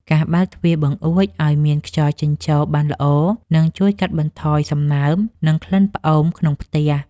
ការបើកទ្វារបង្អួចឱ្យមានខ្យល់ចេញចូលបានល្អនឹងជួយកាត់បន្ថយសំណើម និងក្លិនផ្អូមក្នុងផ្ទះ។